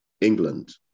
England